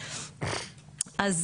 אני